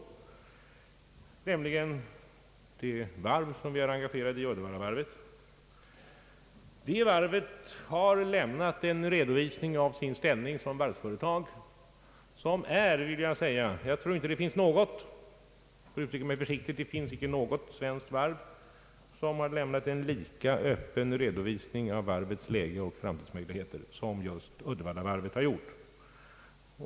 Jag avser Uddevallavarvet, som ju staten är engagerad i. Det varvet har lämnat en fullständig redovisning av sin ställning såsom varvsföretag. Jag tror att jag kan säga, att inget annat svenskt varv har lämnat en lika öppen redovisning av sitt läge och sina framtidsmöjligheter som just Uddevallavarvet har gjort.